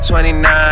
29